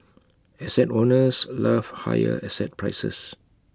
asset owners love higher asset prices